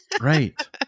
Right